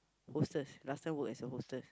hostess last time work as a hostess